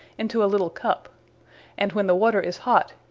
into a little cup and when the water is hot,